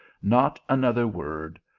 not another word.